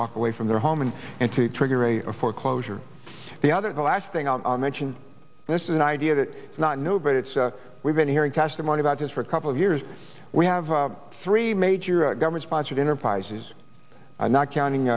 walk away from their home and and to trigger a foreclosure the other the last thing i'll mention this is an idea that it's not new but it's we've been hearing testimony about this for a couple of years we have three major government sponsored enterprises not counting